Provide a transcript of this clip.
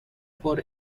for